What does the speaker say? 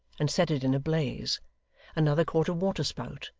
and set it in a blaze another caught a water-spout,